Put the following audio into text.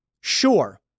sure